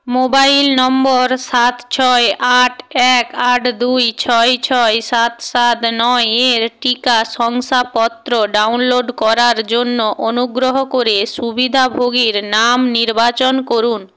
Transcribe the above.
mobile নম্বর সাত ছয় আট এক আট দুই ছয় ছয় সাত সাত নয়ের টিকা শংসাপত্র ডাউনলোড করার জন্য অনুগ্রহ করে সুবিধাভোগীর নাম নির্বাচন করুন